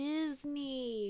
Disney